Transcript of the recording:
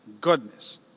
goodness